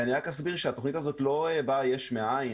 אני רק אסביר שהתוכנית הזאת לא באה יש מאין.